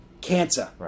cancer